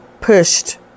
pushed